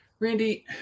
Randy